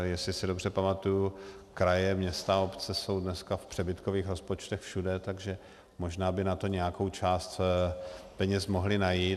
Jestli se dobře pamatuji, kraje, města, obce jsou dneska v přebytkových rozpočtech všude, tak možná by na to nějakou část peněz mohly najít.